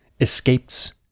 escapes